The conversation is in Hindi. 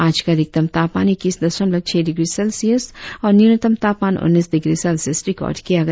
आज का अधिकतम तापमान ईक्कीस दशमलव छह डिग्री सेल्सियस और न्यूनतम तापमान उन्नीस डिग्री सेल्सियस रिकार्ड किया गया